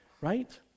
Right